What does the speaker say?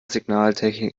signaltechnik